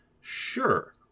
Sure